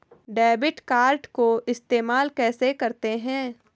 Debit card को इस्तेमाल कैसे करते हैं?